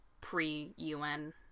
pre-UN